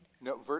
No